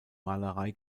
malerei